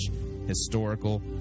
historical